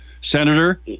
senator